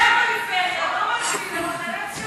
חבר הכנסת טלב אבו עראר, בבקשה, אדוני.